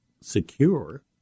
secure